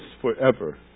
forever